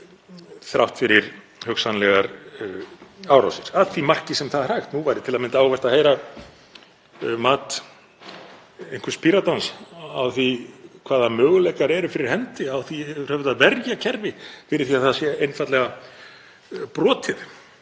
þrátt fyrir hugsanlegar árásir að því marki sem það er hægt. Nú væri til að mynda ágætt að heyra mat einhvers Píratans á því hvaða möguleikar eru fyrir hendi á því yfir höfuð að verja kerfi fyrir því að það sé einfaldlega brotið.